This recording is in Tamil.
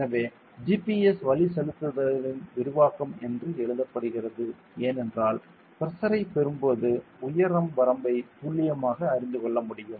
எனவே ஜிபிஎஸ் வழிசெலுத்தலின் விரிவாக்கம் என்று எழுதப்படுவது ஏன் என்றால் பிரஷரை பெறும்போது உயரம் வரம்பைத் துல்லியமாக அறிந்து கொள்ள முடியும்